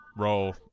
roll